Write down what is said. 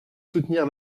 soutenir